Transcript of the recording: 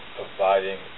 providing